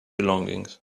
belongings